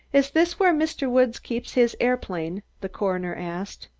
is this where mr. woods keeps his aeroplane? the coroner asked.